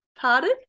pardon